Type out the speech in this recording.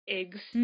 eggs